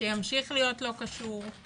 שימשיך להיות לא קשור,